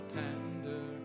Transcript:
tender